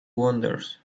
wanders